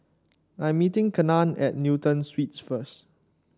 I'm meeting Kenan at Newton Suites first